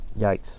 Yikes